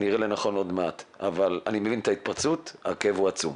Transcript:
אני מבין את ההתפרצות, הכאב הוא עצום.